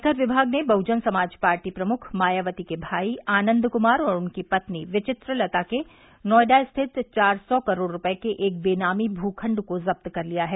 आयकर विभाग ने बहुजन समाज पार्टी प्रमुख मायावती के भाई आनन्द कुमार और उनकी पत्नी विचित्र लता के नोएडा स्थित चार सौ करोड़ रूपये के एक बेनामी भूखण्ड को जुब्त कर लिया है